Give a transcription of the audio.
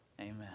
amen